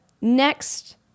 next